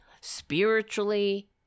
spiritually